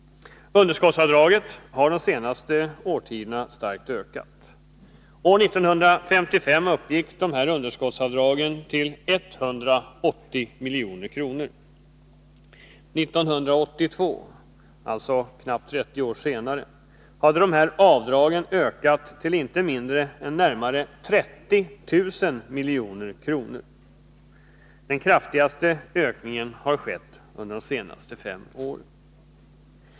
Underskottsavdragen har de senaste årtiondena starkt ökat. År 1955 uppgick dessa underskottsavdrag till 180 milj.kr. Till 1982, alltså knappt 30 år senare, hade dessa avdrag ökat till inte mindre än närmare 30 000 milj.kr. Den kraftigaste ökningen har skett under de senaste fem åren.